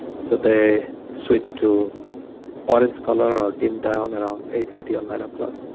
so, they switch to orange color or dim down around eight thirty or nine o'clock.